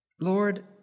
Lord